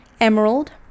Emerald